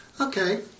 Okay